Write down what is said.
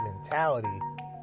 mentality